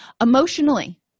Emotionally